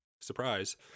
surprise